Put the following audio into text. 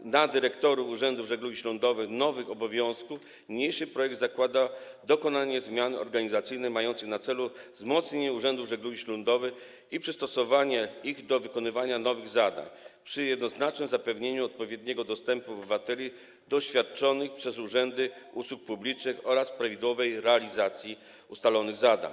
na dyrektorów urzędów żeglugi śródlądowej nowych obowiązków niniejszy projekt zakłada dokonanie zmian organizacyjnych mających na celu wzmocnienie urzędów żeglugi śródlądowej i przystosowanie ich do wykonywania nowych zadań przy jednoczesnym zapewnieniu odpowiedniego dostępu obywateli do świadczonych przez urzędy usług publicznych oraz prawidłowej realizacji ustawowych zadań.